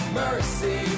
mercy